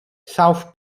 south